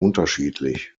unterschiedlich